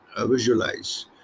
visualize